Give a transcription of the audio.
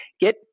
get